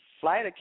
Flight